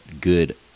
good